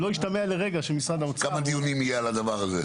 שלא ישתמע לרגע שמשרד האוצר --- כמה דיונים יהיה על הדבר הזה?